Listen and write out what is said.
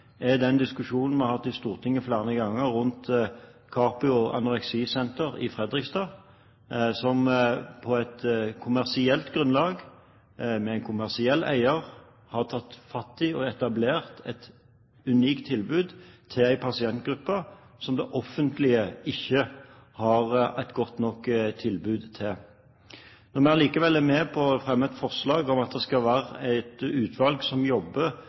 vi har hatt i Stortinget flere ganger – er Capio Anoreksi Senter i Fredrikstad, som på et kommersielt grunnlag, med en kommersiell eier, har tatt fatt i og etablert et unikt tilbud til en pasientgruppe som det offentlige ikke har et godt nok tilbud til. Når vi allikevel er med på å fremme et forslag om at det skal være et utvalg som jobber